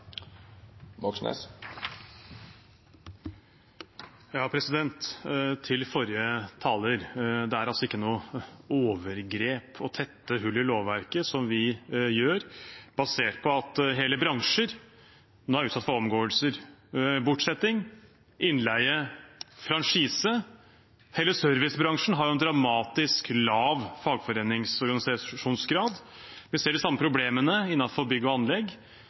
Til forrige taler: Det er ikke noe overgrep å tette hull i lovverket – som vi gjør – basert på at hele bransjer nå er utsatt for omgåelser, bortsetting, innleie, franchise. Hele servicebransjen har jo en dramatisk lav fagforeningsorganisasjonsgrad. Vi ser de samme problemene innenfor bygg og anlegg,